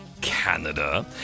Canada